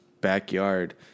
backyard